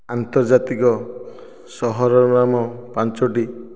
ଆନ୍ତର୍ଜାତିକ ସହରର ନାମ ପାଞ୍ଚୋଟି